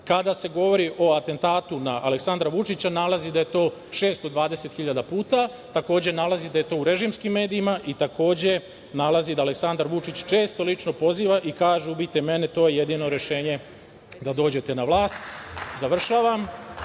puta. Kada se govori o atentatu na Aleksandra Vučića nalazi da je to 620 hiljada puta, a takođe nalazi da je to u režimskim medijima i takođe nalazi da je Aleksandar Vučić često lično poziva i kaže – ubijte mene, to je jedino rešenje da dođete na vlast. Završavam,